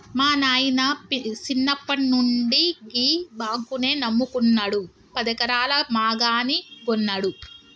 మా నాయిన సిన్నప్పట్నుండి గీ బాంకునే నమ్ముకున్నడు, పదెకరాల మాగాని గొన్నడు